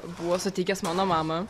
buvo sutikęs mano mamą